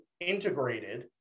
integrated